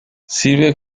sirve